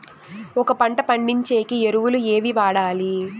ఒక పంట పండించేకి ఎరువులు ఏవి వాడాలి?